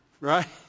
right